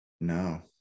No